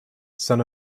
son